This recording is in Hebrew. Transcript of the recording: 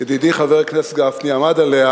ידידי חבר הכנסת גפני עמד עליה,